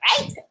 right